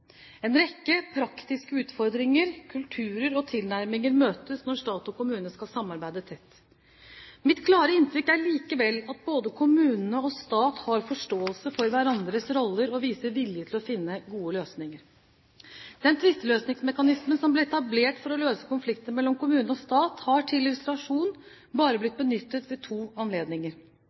En rekke praktiske utfordringer, kulturer og tilnærminger møtes når stat og kommune skal samarbeide tett. Mitt klare inntrykk er likevel at både kommune og stat har forståelse for hverandres roller og viser vilje til å finne gode løsninger. Den tvisteløsningsmekanismen som ble etablert for å løse konflikter mellom kommune og stat har til illustrasjon bare blitt benyttet ved to anledninger.